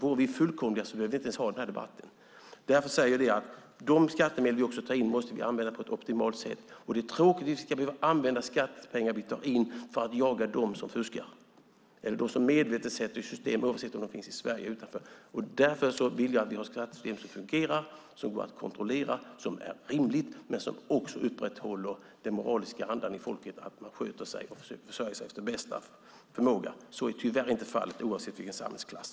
Om vi vore fullkomliga skulle vi inte ens behöva ha denna debatt. De skattemedel vi tar in måste vi använda på ett optimalt sätt. Det är tråkigt att vi ska behöva använda skattepengar för att jaga dem som medvetet sätter i system att fuska, oavsett om de befinner sig i Sverige eller utanför. Därför vill jag ha ett fungerande skattesystem, som går att kontrollera, som är rimligt och som också upprätthåller den moraliska andan hos folket att sköta sig och försöka försörja sig efter bästa förmåga. Så är tyvärr inte fallet, oavsett samhällsklass.